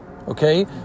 Okay